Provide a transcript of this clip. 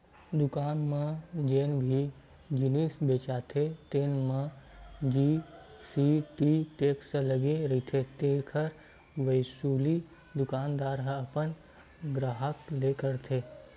दुकान मन म जेन भी जिनिस बेचाथे तेन म जी.एस.टी टेक्स लगे रहिथे तेखर वसूली दुकानदार ह अपन गराहक ले करथे